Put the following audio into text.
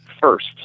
first